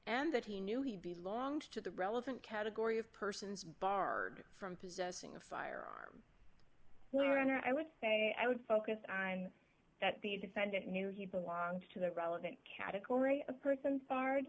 and that he knew he belonged to the relevant category of persons barred from possessing a firearm when i would say i would focus on that the defendant knew he belonged to the relevant category a person